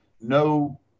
no